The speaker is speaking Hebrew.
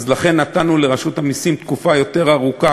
נתנו לרשות המסים תקופה יותר ארוכה